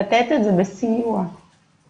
לתת את זה בסיוע מהמדינה,